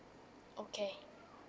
okay